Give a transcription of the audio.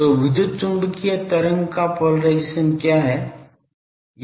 तो विद्युत चुम्बकीय तरंग का पोलराइजेशन क्या है